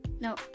No